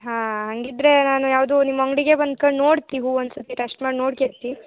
ಹಾಂ ಹಾಗಿದ್ರೆ ನಾನು ಯಾವುದೂ ನಿಮ್ಮ ಅಂಗಡಿಗೇ ಬಂದ್ಕಂಡು ನೋಡ್ತೆ ಹೂ ಒಂದು ಸರ್ತಿ ಟೆಸ್ಟ್ ಮಾಡಿ ನೋಡ್ಕ್ಯತೆ